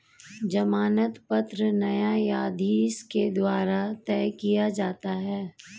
जमानत पत्र न्यायाधीश के द्वारा तय किया जाता है